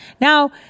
Now